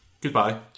goodbye